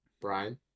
Brian